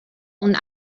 und